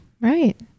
Right